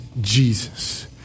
Jesus